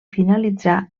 finalitzà